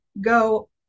Go